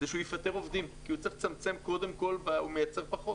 הוא יפטר עובדים כי הוא צריך לצמצם כי הוא מייצר פחות.